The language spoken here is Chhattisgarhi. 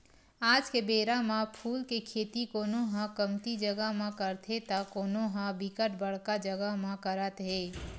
आज के बेरा म फूल के खेती कोनो ह कमती जगा म करथे त कोनो ह बिकट बड़का जगा म करत हे